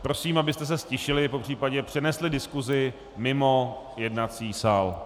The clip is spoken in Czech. Prosím, abyste se ztišili, popřípadě přenesli diskusi mimo jednací sál.